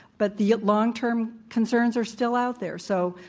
but the long term concerns are still out there. so,